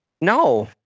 no